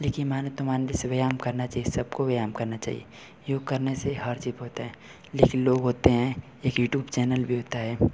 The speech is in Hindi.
लेकिन माने तो मानने से व्ययाम करना चाहिए सबको व्यायाम करना चाहिए योग करने से हर चीज़ होती है लेकिन लोग होते हैं एक युट्यूब चैनल भी होता है